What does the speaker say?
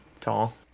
tall